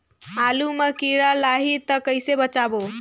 आलू मां कीड़ा लाही ता कइसे बचाबो?